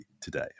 today